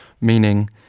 meaning